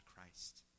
christ